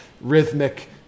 rhythmic